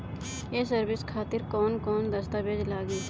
ये सर्विस खातिर कौन कौन दस्तावेज लगी?